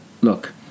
look